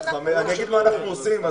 אני אומר מה אנחנו עושים.